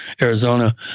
arizona